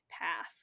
path